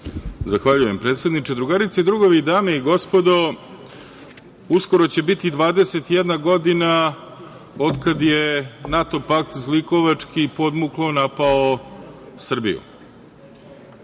Zahvaljujem, predsedniče. Drugarice i drugovi, dame i gospodo, uskoro će biti 21 godina od kad je NATO pakt zlikovački i podmuklo napao Srbiju.